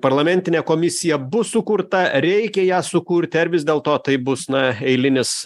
parlamentinė komisija bus sukurta reikia ją sukurti ar vis dėlto tai bus na eilinis